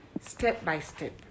step-by-step